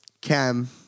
Cam